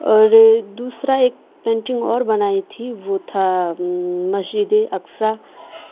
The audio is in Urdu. اور دوسرا ایک پینٹنگ اور بنائی تھی وہ تھا مسجد اقصی